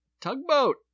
Tugboat